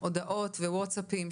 הודעות וואטצאפים,